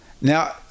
Now